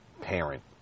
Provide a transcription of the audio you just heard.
parent